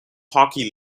hockey